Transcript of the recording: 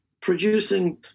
producing